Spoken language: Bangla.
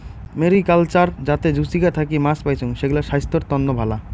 মেরিকালচার যাতে জুচিকা থাকি মাছ পাইচুঙ, সেগ্লা ছাইস্থ্যর তন্ন ভালা